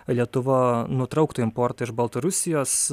lietuva nutrauktų importą iš baltarusijos